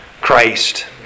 Christ